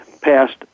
passed